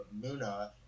Muna